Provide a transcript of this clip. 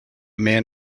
man